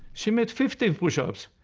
she made fifteen push-ups.